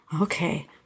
Okay